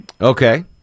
Okay